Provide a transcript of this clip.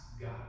God